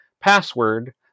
password